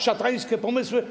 Szatańskie pomysły?